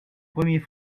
premiers